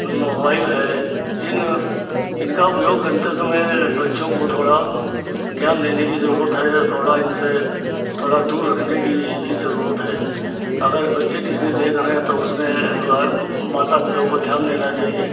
mobile है इन इनका उपयोग करते समय बच्चों को थोड़ा ज्ञान देने की ज़रूरत है और थोड़ा इनसे थोड़ा दूर रखने की भी ज़रुरत है अगर बच्चे टी वी देख रहे हैं तो उसमें जो है माता पिता को ध्यान देना चाहिए